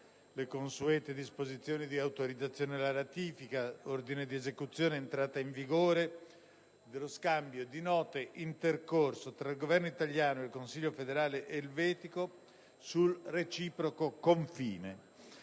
le consuete disposizioni di autorizzazione alla ratifica, ordine di esecuzione ed entrata in vigore dello Scambio di Note intercorso tra il Governo italiano e il Consiglio federale elvetico sul reciproco confine.